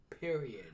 period